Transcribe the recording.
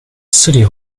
city